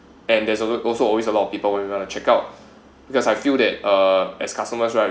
and there's also also always a lot of people when you want to check out because I feel that uh as customers right